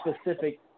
specific